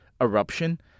eruption